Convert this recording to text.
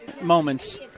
moments